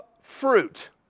fruit